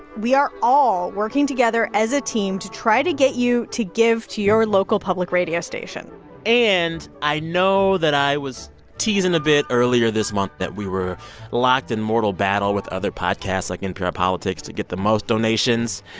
we are all working together as a team to try to get you to give to your local public radio station and i know that i was teasing a bit earlier this month that we were locked in mortal battle with other podcasts, like npr politics, to get the most donations.